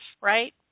right